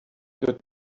good